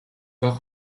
бага